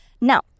now